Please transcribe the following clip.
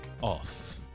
off